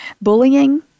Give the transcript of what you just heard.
bullying